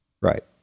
Right